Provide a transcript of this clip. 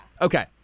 Okay